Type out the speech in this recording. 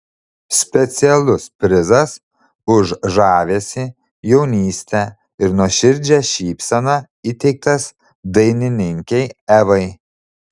specialus prizas už žavesį jaunystę ir nuoširdžią šypseną įteiktas dainininkei evai